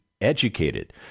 educated